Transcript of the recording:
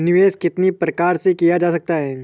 निवेश कितनी प्रकार से किया जा सकता है?